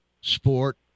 sport